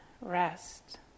rest